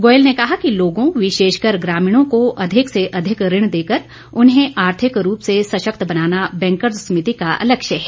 गोयल ने कहा कि लोगों विशेषकर ग्रामीणों को अधिक से अधिक ऋण देकर उन्हें आर्थिक रूप से सशक्त बनाना बैंकर्स समिति का लक्ष्य है